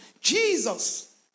jesus